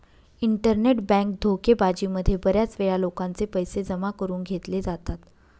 internet bank धोकेबाजी मध्ये बऱ्याच वेळा लोकांचे पैसे जमा करून घेतले जातात